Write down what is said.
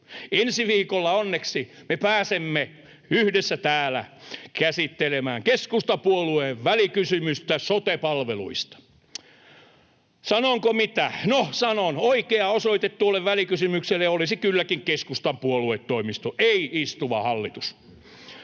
Ensi viikolla, onneksi, me pääsemme yhdessä täällä käsittelemään keskustapuolueen välikysymystä sote-palveluista. Sanonko, mitä? No, sanon: oikea osoite tuolle välikysymykselle olisi kylläkin keskustan puoluetoimisto, ei istuva hallitus.